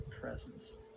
presence